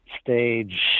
stage